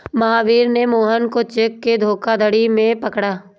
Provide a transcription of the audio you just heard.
महावीर ने मोहन को चेक के धोखाधड़ी में पकड़ा